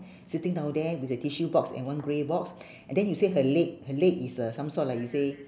sitting down there with a tissue box and one grey box and then you say her leg her leg is uh some sort like you say